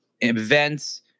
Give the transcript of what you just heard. events